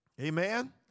Amen